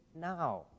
now